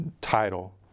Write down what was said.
title